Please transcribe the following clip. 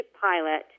pilot